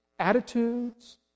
attitudes